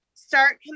start